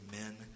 amen